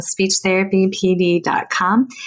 speechtherapypd.com